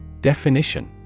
Definition